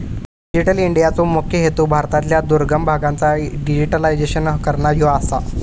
digital इंडियाचो मुख्य हेतू भारतातल्या दुर्गम भागांचा डिजिटायझेशन करना ह्यो आसा